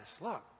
look